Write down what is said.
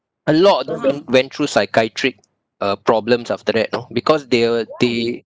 a lot of them went through psychiatric uh problems after that you know because they were they